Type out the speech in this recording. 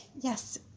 yes